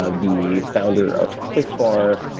ah the founder of cliff bar,